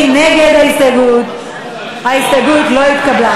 ההסתייגות לא התקבלה.